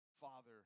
Father